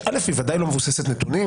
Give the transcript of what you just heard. שא' היא בוודאי לא מבוססת נתונים,